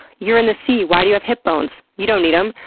you're in the sea, why do you have hip bones? you don't need em.